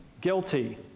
guilty